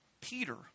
Peter